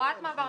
הוראת מעבר,